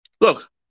Look